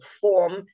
form